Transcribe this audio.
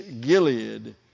Gilead